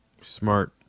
Smart